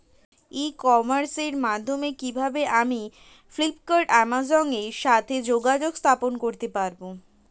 ই কমার্সের মাধ্যমে কিভাবে আমি ফ্লিপকার্ট অ্যামাজন এর সাথে যোগাযোগ স্থাপন করতে পারব?